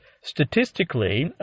statistically